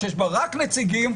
שיש בה רק נציגים,